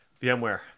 VMware